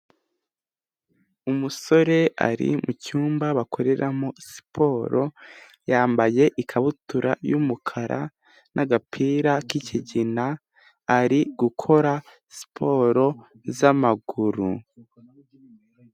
Umusore ari mu cyumba bakoreramo siporo yambaye ikabutura y'umukara n'agapira k'ikigina ari gukora siporo z'amaguru.